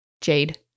Jade